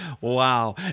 Wow